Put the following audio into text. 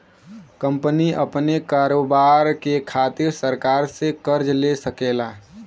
company अपने कारोबार के खातिर सरकार से कर्ज ले सकेला